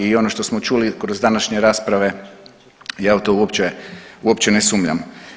I ono što smo čuli kroz današnje rasprave ja u to uopće ne sumnjam.